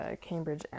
Cambridge